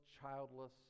childless